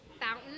fountain